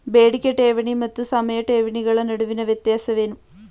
ಬೇಡಿಕೆ ಠೇವಣಿ ಮತ್ತು ಸಮಯ ಠೇವಣಿಗಳ ನಡುವಿನ ವ್ಯತ್ಯಾಸವೇನು?